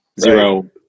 zero